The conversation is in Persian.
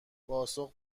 پاسخ